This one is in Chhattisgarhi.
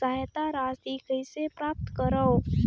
सहायता राशि कइसे प्राप्त करव?